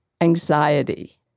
anxiety